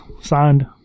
signed